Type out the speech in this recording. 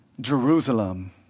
Jerusalem